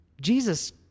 Jesus